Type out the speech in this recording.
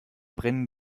brennen